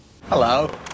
Hello